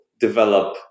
develop